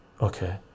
okay